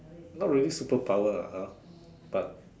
not really super power lah !huh! but